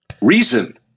reason